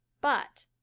but,